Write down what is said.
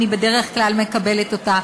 אני בדרך כלל מקבלת אותה,